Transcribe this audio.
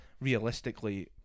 realistically